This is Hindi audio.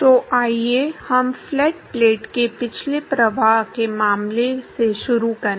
तो आइए हम फ्लैट प्लेट के पिछले प्रवाह के मामले से शुरू करें